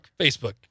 Facebook